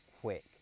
quick